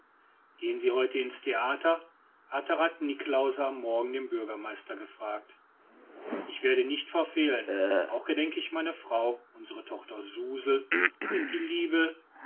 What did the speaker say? gehen sie heute in's theater hatte rath niklausse am morgen den bürgermeister gefragt ich werde nicht verfehlen auch gedenke ich meine frau unsere tochter suzel und die liebe